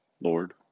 Lord